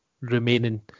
remaining